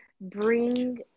bring